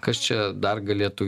kas čia dar galėtų